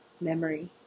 memory